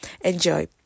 Enjoy